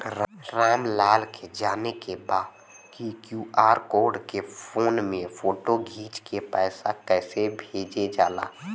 राम लाल के जाने के बा की क्यू.आर कोड के फोन में फोटो खींच के पैसा कैसे भेजे जाला?